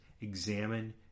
Examine